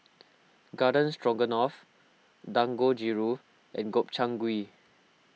Garden Stroganoff Dangojiru and Gobchang Gui